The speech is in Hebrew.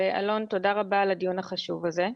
אלון, תודה רבה על הדיון החשוב הזה.